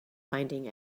finding